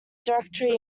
directory